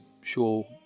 sure